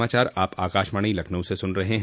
यह समाचार आप आकाशवाणी लखनऊ से सुन रहे हैं